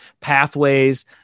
pathways